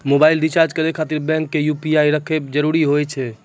Mobile recharge करे खातिर bank के ऐप रखे जरूरी हाव है?